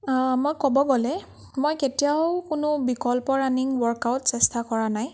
মই ক'ব গ'লে মই কেতিয়াও কোনো বিকল্প ৰাণিং ৱৰ্ক আউট চেষ্টা কৰা নাই